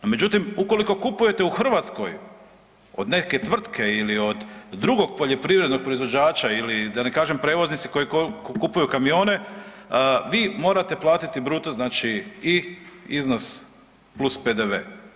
No međutim, ukoliko kupujete u Hrvatskoj od neke tvrtke ili od drugog poljoprivrednog proizvođača ili da ne kažem, prevoznici koji kupuju kamione, vi morate platiti bruto znači i iznos + PDV.